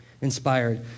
Inspired